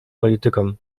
politykom